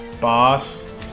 boss